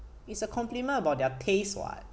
it's a compliment about their taste [what]